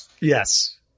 Yes